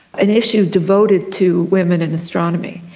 an issue devoted to women in astronomy.